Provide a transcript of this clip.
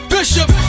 Bishop